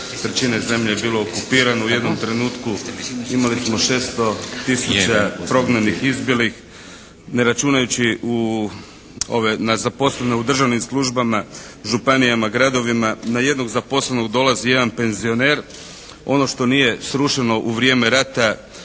trećina zemlje je bilo okupirano, u jednom trenutku imamo smo 600 tisuća prognanih i izbjeglih ne računajući na zaposlene u državnim službama, županijama, gradovima. Na jednog zaposlenog dolazi jedan penzioner. Ono što nije srušeno u vrijeme rata